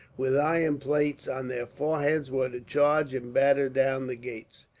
with iron plates on their foreheads, were to charge and batter down the gates.